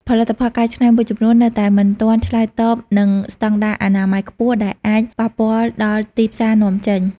ផលិតផលកែច្នៃមួយចំនួននៅតែមិនទាន់ឆ្លើយតបនឹងស្តង់ដារអនាម័យខ្ពស់ ដែលអាចប៉ះពាល់ដល់ទីផ្សារនាំចេញ។